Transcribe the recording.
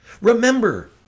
Remember